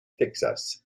texas